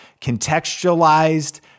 contextualized